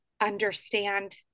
understand